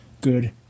good